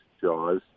Jaws